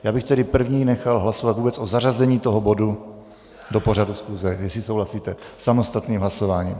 Já bych tedy jako první nechal hlasovat vůbec o zařazení toho bodu do pořadu schůze, jestli souhlasíte, samostatným hlasováním.